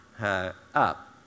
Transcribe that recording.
up